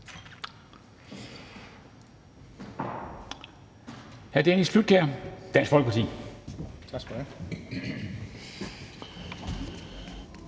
Hr. Dennis Flydtkjær, Dansk Folkeparti.